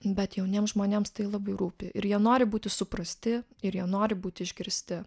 bet jauniems žmonėms tai labai rūpi ir jie nori būti suprasti ir jie nori būti išgirsti